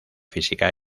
física